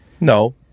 No